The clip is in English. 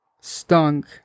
stunk